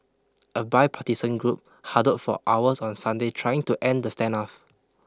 a bipartisan group huddled for hours on Sunday trying to end the standoff